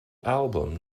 album